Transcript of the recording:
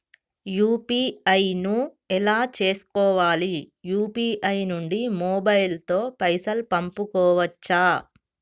UPI ను ఎలా చేస్కోవాలి యూ.పీ.ఐ నుండి మొబైల్ తో పైసల్ పంపుకోవచ్చా?